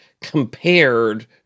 compared